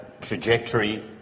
trajectory